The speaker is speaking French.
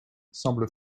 semble